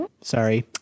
sorry